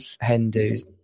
Hindus